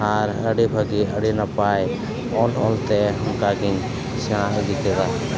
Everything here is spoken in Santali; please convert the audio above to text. ᱟᱨ ᱟᱹᱰᱤ ᱵᱷᱟᱹᱜᱤ ᱟᱹᱰᱤ ᱱᱟᱯᱟᱭ ᱚᱞ ᱚᱞᱛᱮ ᱚᱱᱠᱟ ᱜᱤᱧ ᱥᱮᱬᱟ ᱤᱫᱤ ᱠᱮᱫᱟ